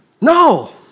No